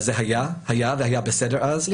אז זה היה והיה בסדר אז,